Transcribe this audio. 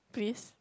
please